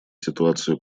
ситуацию